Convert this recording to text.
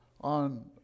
on